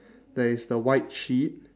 there is the white sheet